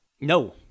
No